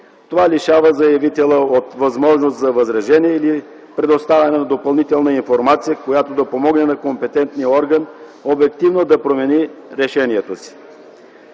Това лишава заявителя от възможност за възражение или предоставяне на допълнителна информация, която да помогне на компетентния орган обективно да промени решението си.